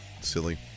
silly